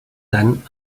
tant